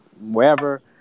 wherever